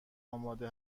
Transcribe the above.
آماده